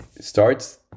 starts